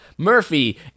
Murphy